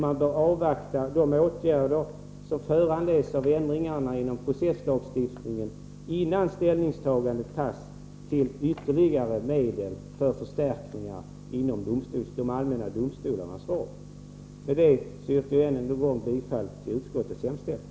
Man bör också avvakta de åtgärder som föranleds av ändringarna inom processlagstiftningen, innan ställning tas till ytterligare medel för förstärkningar inom de allmänna domstolarnas ram. Med det anförda yrkar jag än en gång bifall till utskottets hemställan.